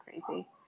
crazy